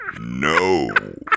no